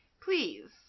please